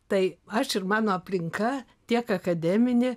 tai aš ir mano aplinka tiek akademinė